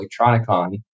Electronicon